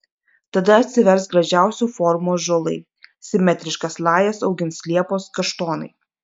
tada atsivers gražiausių formų ąžuolai simetriškas lajas augins liepos kaštonai